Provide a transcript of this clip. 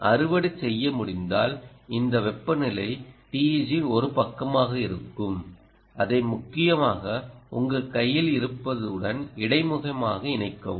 நீங்கள் அறுவடை செய்ய முடிந்தால் இந்த வெப்பநிலை TEG இன் ஒரு பக்கமாக இருக்கும் அதை முக்கியமாக உங்கள் கையில் இருப்பதுடன் இடைமுகமாக இணைக்கவும்